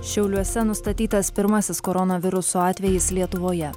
šiauliuose nustatytas pirmasis koronaviruso atvejis lietuvoje